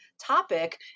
topic